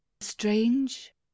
strange